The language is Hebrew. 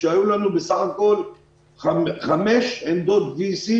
כשהיו לנו בסך הכול חמש עמדות וי-סי